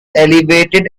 elevated